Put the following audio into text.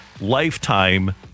lifetime